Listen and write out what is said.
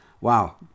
Wow